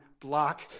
block